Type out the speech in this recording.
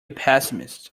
pessimist